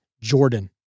Jordan